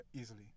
Easily